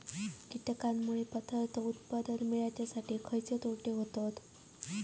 कीटकांनमुळे पदार्थ उत्पादन मिळासाठी खयचे तोटे होतत?